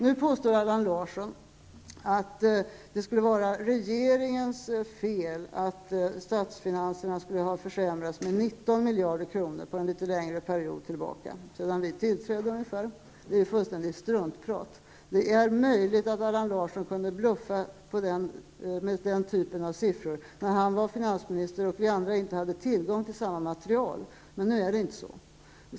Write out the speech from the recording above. Nu påstår Allan Larsson att det skulle vara regeringens fel att statsfinanserna skulle ha försämrats med 19 miljarder kronor sedan en något längre period tillbaka, ungefär sedan vi tillträdde. Det är fullständigt struntprat. Det är möjligt att Allan Larsson kunde bluffa med den typen av siffror när han var finansminister och vi andra inte hade tillgång till samma material. Men nu är det inte så.